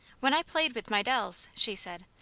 when i played with my dolls, she said,